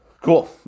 Cool